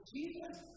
Jesus